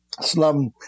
slum